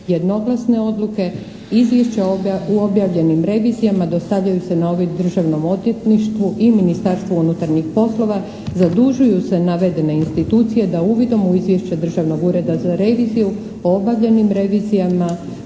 Jednoglasne odluke, izvješća u objavljenim revizijama dostavljaju se na uvid Državnom odvjetništvu i Ministarstvu unutarnjih poslova. Zadužuju se navedene institucije da uvidom u Izvješće Državnog ureda za reviziju o obavljenim revizijama,